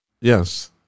Yes